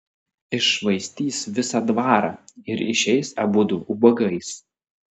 iššvaistys visą dvarą ir išeis abudu ubagais